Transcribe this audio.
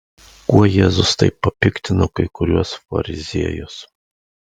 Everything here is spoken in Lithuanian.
kuo jėzus taip papiktino kai kuriuos fariziejus